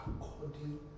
according